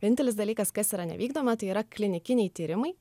vienintelis dalykas kas yra nevykdoma tai yra klinikiniai tyrimai